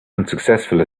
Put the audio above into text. unsuccessful